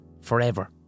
forever